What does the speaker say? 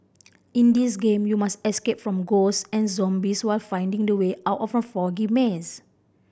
in this game you must escape from ghosts and zombies while finding the way out of a foggy maze